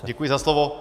Děkuji za slovo.